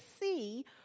see